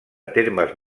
termes